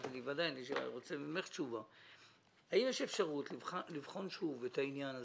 האם יש אפשרות לבחון שוב את העניין הזה?